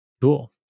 Cool